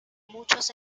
muchos